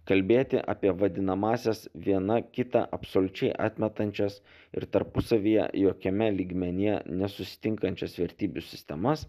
kalbėti apie vadinamąsias viena kitą absoliučiai atmetančias ir tarpusavyje jokiame lygmenyje nesusitinkančias vertybių sistemas